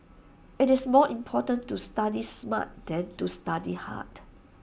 IT is more important to study smart than to study hard